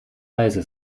leise